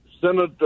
Senator